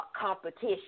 competition